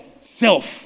Self